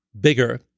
bigger